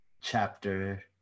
chapter